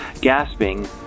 Gasping